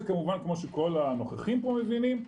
זה כמובן כמו שהנוכחים כאן מבינים,